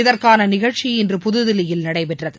இதற்கான நிகழ்ச்சி இன்று புதுதில்லியில் நடைபெற்றது